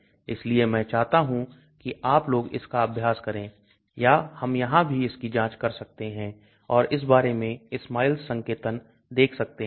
इसलिए मैं चाहता हूं कि आप लोग इसका अभ्यास करें या हम यहां भी इसकी जांच कर सकते हैं और इस बारे में SMILES संकेतन देख सकते हैं